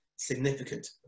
significant